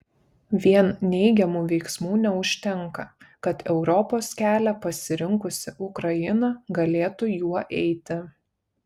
vien neigiamų veiksmų neužtenka kad europos kelią pasirinkusi ukraina galėtų juo eiti